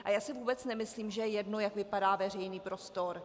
A já si vůbec nemyslím, že je jedno, jak vypadá veřejný prostor.